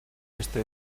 este